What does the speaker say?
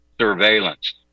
surveillance